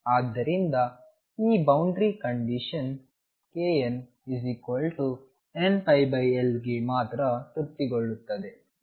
ಆದ್ದರಿಂದ ಈ ಬೌಂಡರಿ ಕಂಡೀಶನ್knnπLಗೆ ಮಾತ್ರ ತೃಪ್ತಿಗೊಳ್ಳುತ್ತದೆ